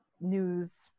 news